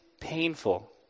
painful